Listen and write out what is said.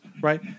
right